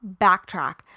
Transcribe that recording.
Backtrack